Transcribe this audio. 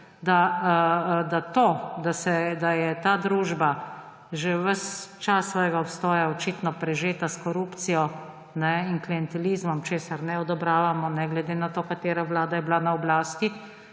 da je ta družba že ves čas svojega obstoja očitno prežeta s korupcijo in klientelizmom, česar ne odobravamo, ne glede na to, katera vlada je bila na oblasti,